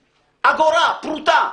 אגורה, פרוטה.